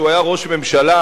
שהוא היה ראש ממשלה,